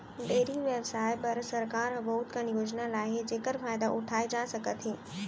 dairy बेवसाय बर सरकार ह बहुत कन योजना लाए हे जेकर फायदा उठाए जा सकत हे